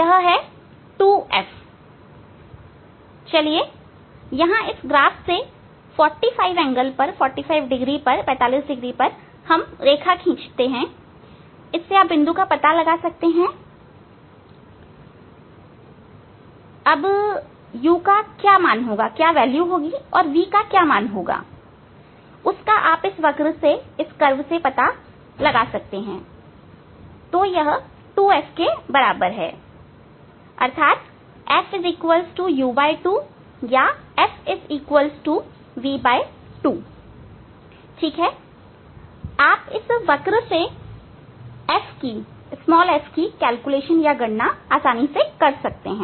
यहां चलिए इस ग्राफ से 45 डिग्री पर रेखा खींचने पर आप इस बिंदु का पता लगा सकते हैं अब u का क्या मान है और v क्या मान है उसका आप इस वक्र से पता लगा सकते हैं तो यह 2f के बराबर है अर्थात् f u2 या f v2 ठीक है आप इस वक्र से f की गणना कर सकते हैं